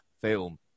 film